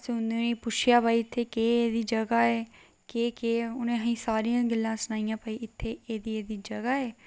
असें उनें गी पुच्छेआ भाई इत्थै केह्ड़ी जगह् ऐ केह् केह् उ'नें असें गी सारियां गल्ला सनाइयां भाई इत्थै एह्दी ए्हदी जगह् ऐ